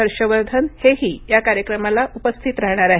हर्ष वर्धन हेही या कार्यक्रमास उपस्थित राहणार आहेत